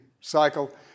cycle